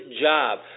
job